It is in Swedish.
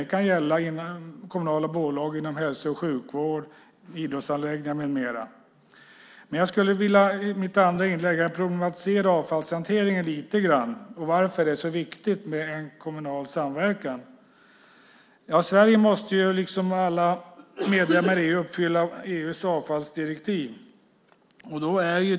Det kan gälla kommunala bolag inom hälso och sjukvård, idrottsanläggningar med mera. I mitt andra inlägg vill jag problematisera avfallshanteringen lite grann och varför det är så viktigt med en kommunal samverkan. Sverige måste liksom alla medlemmar i EU uppfylla EU:s avfallsdirektiv.